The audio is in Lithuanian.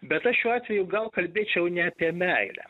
bet aš šiuo atveju gal kalbėčiau ne apie meilę